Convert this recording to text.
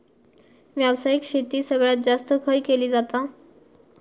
व्यावसायिक शेती सगळ्यात जास्त खय केली जाता?